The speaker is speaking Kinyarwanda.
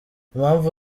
impamvu